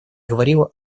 говорила